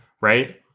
right